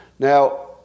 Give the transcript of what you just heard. Now